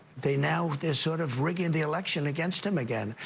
they now they're sort of rigging the election against him again.